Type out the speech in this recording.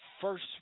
first